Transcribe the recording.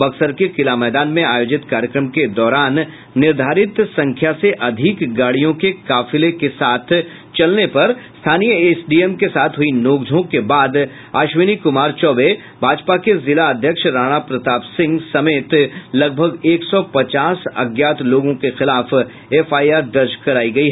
बक्सर के किला मैदान में आयोजित कार्यक्रम के दौरान निर्धारित संख्या से अधिक गाड़ियों के काफिले के साथ चलने पर स्थानीय एसडीएम के साथ हयी नोंकझोंक के बाद अश्विनी कमार चौबे भाजपा के जिला अध्यक्ष राणा प्रताप सिंह समेत लगभग एक सौ पचास अज्ञात लोगों खिलाफ एफआईआर दर्ज करायी गयी